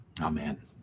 Amen